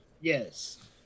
yes